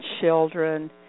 children